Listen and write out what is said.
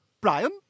Brian